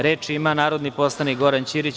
Reč ima narodni poslanik Goran Ćirić.